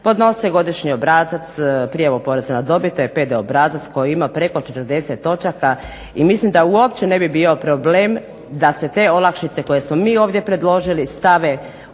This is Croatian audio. podnose godišnji obrazac Prijavu poreza na dobit, to je PD obrazac koji ima preko 40 točaka i mislim da uopće ne bi bio problem da se te olakšice koje smo mi ovdje predložili stave u te